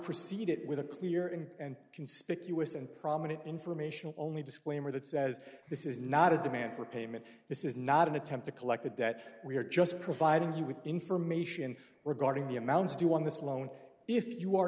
proceed it with a clear and conspicuous and prominent informational only disclaimer that says this is not a demand for payment this is not an attempt to collect a debt we are just providing you with information regarding the amounts due on this loan if you are